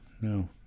No